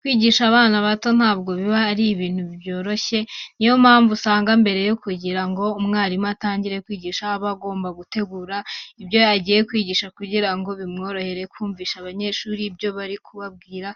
Kwigisha abana bato ntabwo biba ari ibintu byoroshye. Ni yo mpamvu usanga mbere yo kugira ngo umwarimu atangire kwigisha, aba agomba gutegura ibyo agiye kwigisha kugira ngo bimworohere kumvisha abanyeshuri ibyo ari kubabwira,